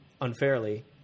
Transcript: unfairly